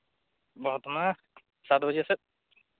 ᱥᱟᱛ ᱵᱟᱡᱮ ᱥᱮᱫ